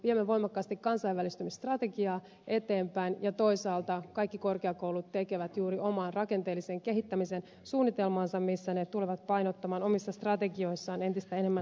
viemme voimakkaasti kansainvälistymisstrategiaa eteenpäin ja toisaalta kaikki korkeakoulut tekevät juuri omaa rakenteellisen kehittämisen suunnitelmaansa missä ne tulevat painottamaan omissa strategioissaan entistä enemmän